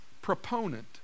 proponent